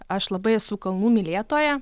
aš labai esu kalnų mylėtoja